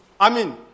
Amen